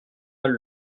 mal